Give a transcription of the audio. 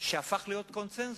שהפך להיות קונסנזוס.